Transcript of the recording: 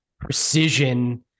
precision